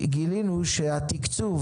גילינו שהתקצוב